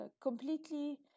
completely